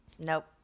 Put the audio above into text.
nope